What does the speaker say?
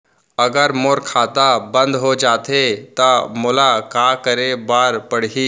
अगर मोर खाता बन्द हो जाथे त मोला का करे बार पड़हि?